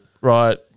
right